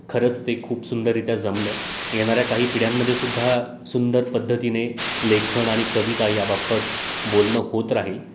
खरंच ते खूप सुंदररित्या जमलं येणाऱ्या काही पिढ्यांमध्ये सुद्धा सुंदर पद्धतीने लेखन आणि कविता याबाबत बोलणं होत राहील